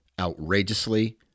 outrageously